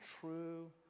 true